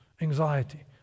anxiety